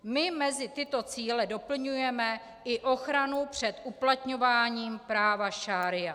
My mezi tyto cíle doplňujeme i ochranu před uplatňováním práva šaría.